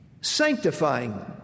sanctifying